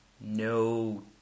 no